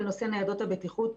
בנושא ניידות הבטיחות,